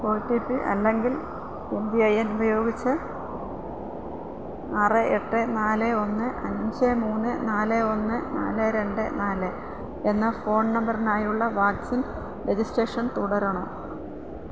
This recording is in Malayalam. ഒ ടി പി അല്ലെങ്കിൽ എം പി ഐ എൻ ഉപയോഗിച്ച് ആറ് എട്ട് നാല് ഒന്ന് അഞ്ച് മുന്ന് നാല് ഒന്ന് നാല് രണ്ട് നാല് എന്ന ഫോൺ നമ്പറിനായുള്ള വാക്സിൻ രജിസ്ട്രേഷൻ തുടരണോ